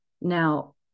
Now